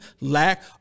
lack